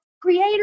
creator